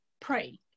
pray